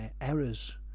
errors